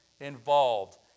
involved